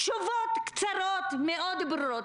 תשובות קצרות מאוד ברורות.